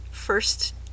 first